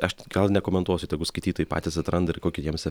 aš gal nekomentuosiu tegu skaitytojai patys atranda ir kokį jiems